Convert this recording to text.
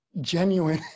genuine